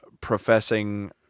professing